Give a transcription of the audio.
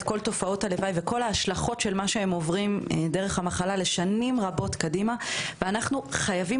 תופעות הלוואי לשנים רבות קדימה ולכן אנחנו חייבים